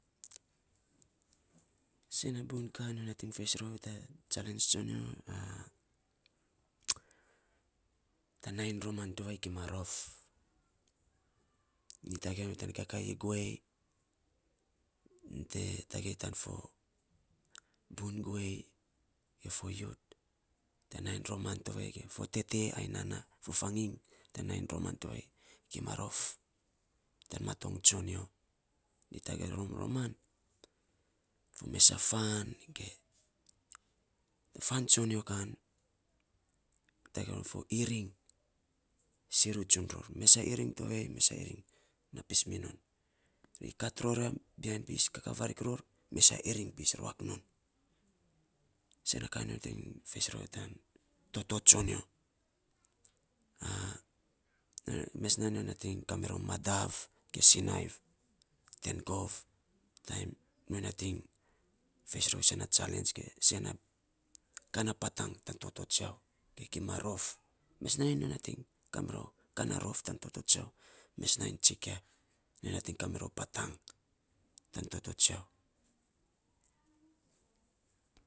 Sen na buiny ka, nyo nating feis rou ya tan chalens tsonyo tan nainy roman tovei kima rof. Nyi tagei rom ya tan kakaii guei, to tagei ya tan bun guei, ge fo yut, tan nainy roman tovei, ge fo tete ai nanaa fo faginy, tan nainy roman tovei, kima rof, tan maton tsonyo. Nyi tagei rom roman, fo mesa fan ge fan tsonyo kan, tagei rom fo iring siiru tsun ror mesa iring tovei, mesa iring naa pis minon, ri kat ror ya, bihain pisn kakaa varik ror, mesa iring pis ruak non sena ka, nyo nating feis rou tiya tan toto tsonyo. mes nainy, nyo nating kamiror madav, ge sinaiv ten gov taim nyo nating feis rou sen na chalens ge sen na ka na patang tana toto tsiau, ge kima rof, mes nainy nyo nating kamirou ka na rof tan toto tsiau. Mes nainy tsikia, nyo nating kamirou patang tan toto tsiau.